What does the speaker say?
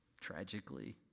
tragically